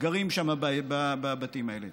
גרים בבתים האלה.